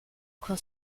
con